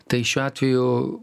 tai šiuo atveju